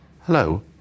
hello